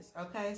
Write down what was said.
okay